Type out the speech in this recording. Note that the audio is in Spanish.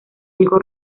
hijo